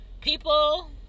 people